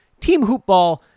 teamhoopball